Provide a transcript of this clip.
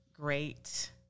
great